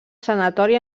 sanatori